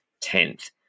tenth